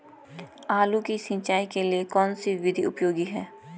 आलू की सिंचाई के लिए कौन सी विधि उपयोगी है?